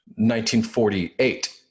1948